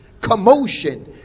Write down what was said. commotion